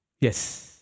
Yes